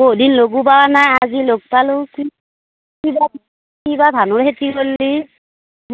বহুদিন লগো পোৱা নাই আজি লগ পালোঁ কিবা কিবা ধানৰ খেতি কৰিলোঁ